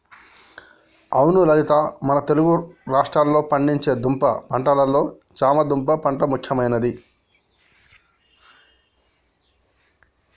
అవును లత మన తెలుగు రాష్ట్రాల్లో పండించే దుంప పంటలలో చామ దుంప పంట ముఖ్యమైనది